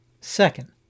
Second